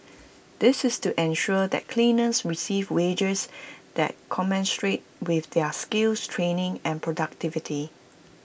this is to ensure that cleaners receive wages that commensurate with their skills training and productivity